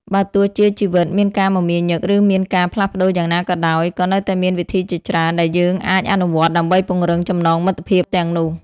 បើទោះជាជីវិតមានការមមាញឹក ឬមានការផ្លាស់ប្តូរយ៉ាងណាក៏ដោយ ក៏នៅតែមានវិធីជាច្រើនដែលយើងអាចអនុវត្តដើម្បីពង្រឹងចំណងមិត្តភាពទាំងនោះ។